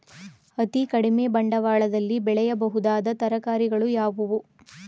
ಅತೀ ಕಡಿಮೆ ಬಂಡವಾಳದಲ್ಲಿ ಬೆಳೆಯಬಹುದಾದ ತರಕಾರಿಗಳು ಯಾವುವು?